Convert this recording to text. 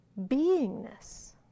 beingness